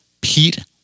Pete